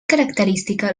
característica